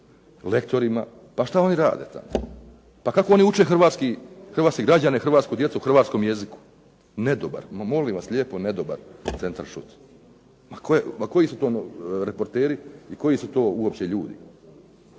lektorima. Pa što oni tamo rade? Pa kako oni uče hrvatske građane, hrvatsku djecu, hrvatskom jeziku? Nedobar, pa molim vas nedobar centaršut. Ma koji su to reporteri i koji su to uopće ljudi.